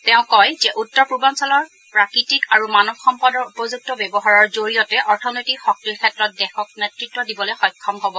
তেওঁ কয় যে উত্তৰ পূৰ্বাঞ্চলৰ প্ৰাকৃতিক আৰু মানৱ সম্পদৰ উপযুক্ত ব্যৱহাৰৰ জৰিয়তে অৰ্থনৈতিক শক্তিৰ ক্ষেত্ৰত দেশক নেতৃত্ব দিবলৈ সক্ষম হব